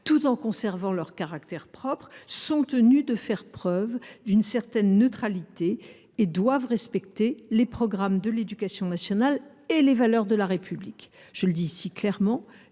tout en conservant leur caractère propre, sont tenus de faire preuve d’une certaine neutralité et doivent respecter les programmes de l’éducation nationale et les valeurs de la République. Je le dis ici clairement,